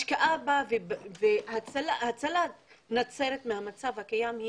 השקעה בה והצלת נצרת מהמצב הקיים היא